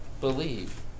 believe